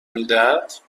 میدهد